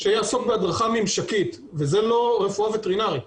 אחד הדברים שצוינו אז ולא קודמו היה ביצוע רפורמה בכל הענף הזה מבחינת